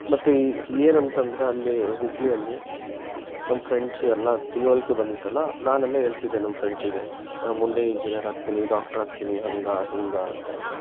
ಮತ್ತು ಏನಂತಂದ್ರ ಅಲ್ಲಿ ಹುಬ್ಬಳ್ಳಿಯಲ್ಲಿ ನಮ್ಮ ಫ್ರೆಂಡ್ಸ್ ಎಲ್ಲಾ ತಿಳುವಳಿಕೆ ಬಂದಿತ್ತಲ್ಲಾ ನಾನೆಲ್ಲ ಹೇಳ್ತಿದ್ದೆ ನಮ್ಮ ಫ್ರೆಂಡ್ಸಿಗೆ ನಾನು ಮುಂದೆ ಇಂಜಿನಿಯರ್ ಆಗ್ತೀನಿ ಡಾಕ್ಟ್ರ್ ಆಗ್ತೀನಿ ಹಂಗೆ ಹಿಂಗೆ ಅಂತೆಲ್ಲಾ